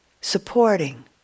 Supporting